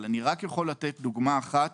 רק אתן דוגמה אחת